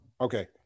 okay